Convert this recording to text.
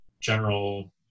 general